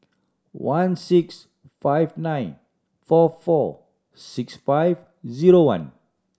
one six five nine four four six five zero one